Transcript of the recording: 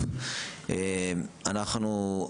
טוב, אנחנו,